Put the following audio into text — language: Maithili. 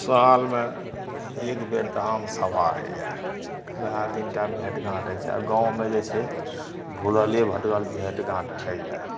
सालमे एक बेर तऽ आमसभा होइया वहए दिन टा भेंट घाँट होइ छै आ गाँवमे जे छै भुलले भटकल भेंट घाँट होइया